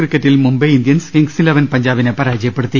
ക്രിക്കറ്റിൽ Mumbai Indians kings eleven പഞ്ചാബിനെ പരാജയപ്പെടുത്തി